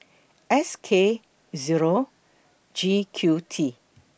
S K Zero G Q T